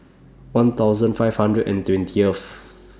one thousand five hundred and twentieth